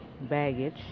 baggage